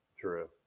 True